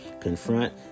confront